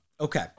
Okay